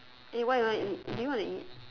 eh what you want to eat do you want to eat